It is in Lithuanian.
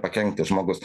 pakenkti žmogus